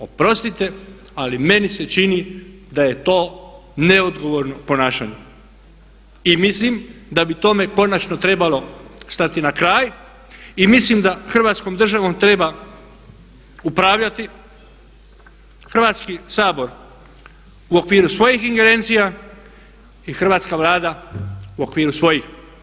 Oprostite ali meni se čini da je to neodgovorno ponašanje i mislim da bi tome konačno trebalo stati na kraj i mislim da Hrvatskom državom treba upravljati Hrvatski sabor u okviru svojih ingerencija i Hrvatska Vlada u okviru svojih.